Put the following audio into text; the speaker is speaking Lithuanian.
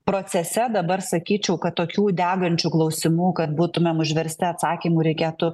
procese dabar sakyčiau kad tokių degančių klausimų kad būtumėm užversti atsakymų reikėtų